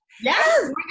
Yes